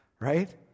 right